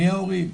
מההורים,